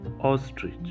Ostrich